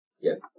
Yes